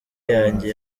yanjye